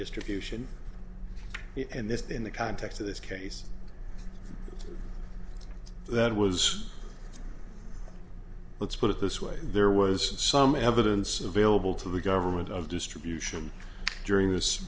distribution in this in the context of this case that was let's put it this way there was some evidence available to the government of distribution during this